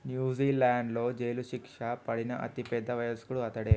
న్యూజిలాండ్లో జైలు శిక్ష పడిన అతి పెద్ద వయస్కుడు అతడే